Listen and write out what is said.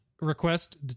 request